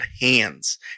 hands